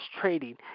trading